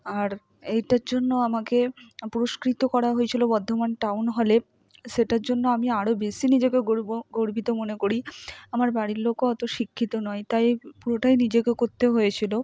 আর এইটার জন্য আমাকে পুরস্কৃত করা হয়েছিলো বর্ধমান টাউন হলে সেটার জন্য আমি আরও বেশি নিজেকে গর্ব গর্বিত মনে করি আমার বাড়ির লোকও অত শিক্ষিত নয় তাই পুরোটাই নিজেকে করতে হয়েছিলো